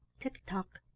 tick-tock!